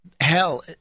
hell